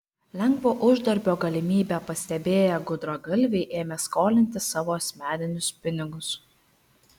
lengvo uždarbio galimybę pastebėję gudragalviai ėmė skolinti savo asmeninius pinigus